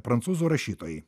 prancūzų rašytojai